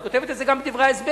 את אומרת את זה גם בדברי ההסבר,